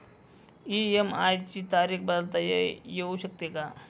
EMI ची तारीख बदलता येऊ शकते का?